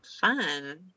Fun